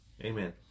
Amen